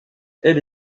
elle